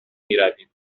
میروید